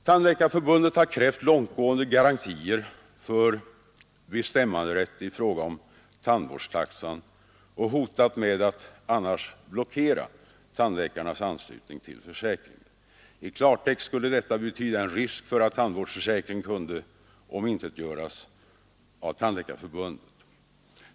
Tandläkarförbundet har krävt långtgående garantier för bestämmanderätt i fråga om tandvårdstaxan och hotat med att annars blockera tandläkarnas anslutning till försäkringen. I klartext skulle detta betyda en risk för att tandvårdsförsäkringen kunde omintetgöras av Tandläkarförbundet.